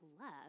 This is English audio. love